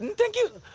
thank you.